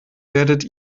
werdet